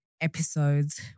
episodes